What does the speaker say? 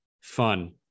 fun